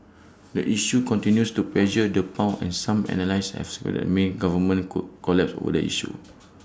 the issue continues to pressure the pound and some analysts have speculated May's government could collapse over the issue